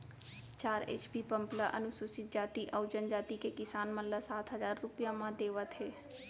चार HP pump ल अनुसूचित जाति अउ जनजाति के किसान मन ल सात हजार रूपिया म देवत हे